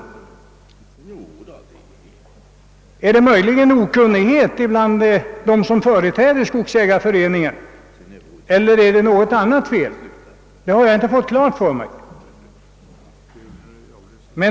Och berodde det som skedde på okunnighet hos dem som företräder skogsägareföreningarna? Eller ligger felet någon annanstans? De frågorna har jag inte fått något svar på.